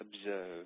observe